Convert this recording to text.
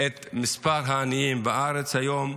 את מספר העניים בארץ היום.